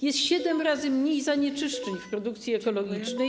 Jest 7 razy mniej zanieczyszczeń w produkcji ekologicznej.